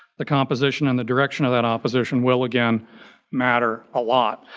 the composition in the direction of that opposition will again matter a lot.